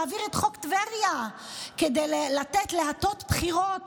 להעביר את חוק טבריה כדי להטות בחירות